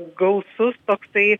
gausus toksai